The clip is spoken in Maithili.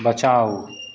बचाउ